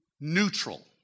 neutral